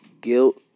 guilt